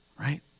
right